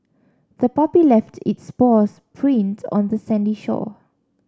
the puppy left its paws prints on the sandy shore